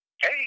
Hey